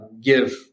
give